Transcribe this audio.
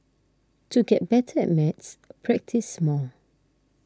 to get better at maths practise more